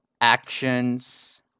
actions